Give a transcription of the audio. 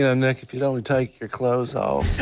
ah nik, if you don't and take your clothes off